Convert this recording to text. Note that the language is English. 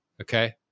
Okay